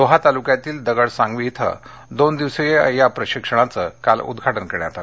लोहा तालुक्यातील दगड सांगवी इथं दोन दिवसीय स्मार्ट गर्ल प्रशिक्षणाचं काल उद्घाटन करण्यात आलं